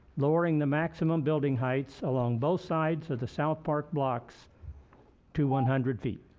lowering the maximum building heights along both sides of the south park blocks to one hundred feet.